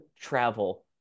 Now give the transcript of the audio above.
travel